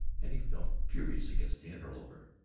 and he felt furious against the interloper.